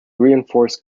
reinforced